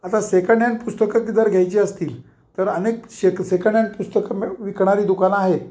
आता second hand पुस्तकं क जर घ्यायची असतील तर अनेक सेकंड हँड पुस्तकं विकणारी दुकानं आहे